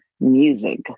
music